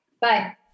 Bye